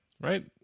right